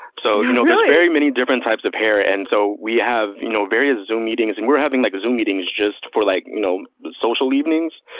so you know yeah very many different types of hair. and so, we have you know various zoom meetings, and we're having like zoom meetings just for, like, social evenings.